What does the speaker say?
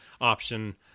option